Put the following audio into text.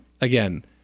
again